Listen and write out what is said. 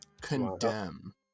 Condemn